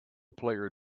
player